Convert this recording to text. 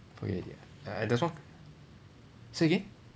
forget already ah uh there's one say again